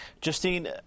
Justine